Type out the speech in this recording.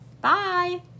Bye